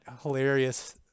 hilarious